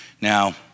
Now